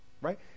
right